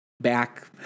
back